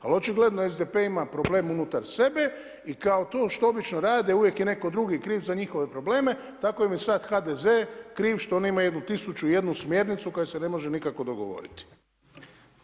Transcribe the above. Ali očigledno SDP-e ima problem unutar sebe i kao to što obično rade uvijek je netko drugi kriv za njihove probleme, tako im je sada HDZ-e kriv što oni imaju tisuću i jednu smjernicu koja se ne može nikako dogovoriti.